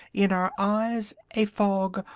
in our eyes a fog,